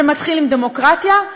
זה מתחיל עם דמוקרטיה,